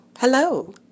Hello